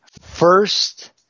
first